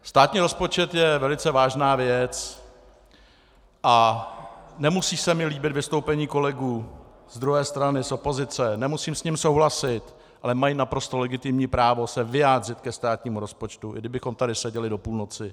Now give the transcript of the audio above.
Státní rozpočet je velice vážná věc a nemusí se mi líbit vystoupení kolegů z druhé strany, z opozice, nemusím s ním souhlasit, ale mají naprosto legitimní právo se vyjádřit ke státnímu rozpočtu, i kdybychom tady seděli do půlnoci.